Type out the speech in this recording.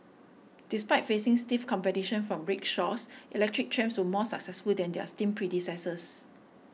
despite facing stiff competition from rickshaws electric trams were more successful than their steam predecessors